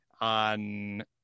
on